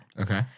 Okay